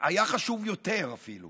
היה חשוב יותר אפילו